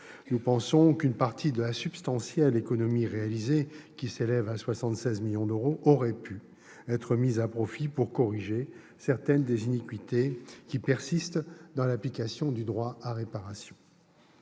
Nous pensons qu'une partie de la substantielle économie réalisée, qui s'élève à 76 millions d'euros, aurait pu être mise à profit pour corriger certaines des iniquités qui persistent dans l'application du droit à réparation.